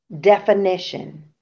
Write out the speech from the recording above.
definition